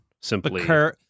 simply